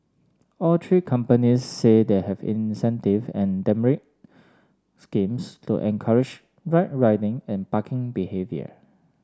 all three companies say they have incentive and demerit schemes to encourage right riding and parking behaviour